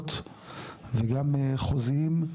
כספיות וגם חוזים.